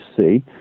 see